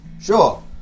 Sure